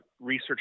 research